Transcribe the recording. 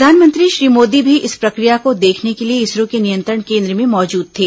प्रधानमंत्री श्री मोदी भी इस प्रक्रिया को देखने के लिए इसरो के नियंत्रण केन्द्र में मौजूद थे